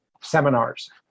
Seminars